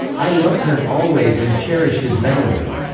i loved him always and cherish his memory.